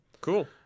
cool